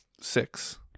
six